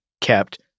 kept